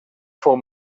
fou